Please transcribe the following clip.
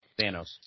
Thanos